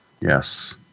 Yes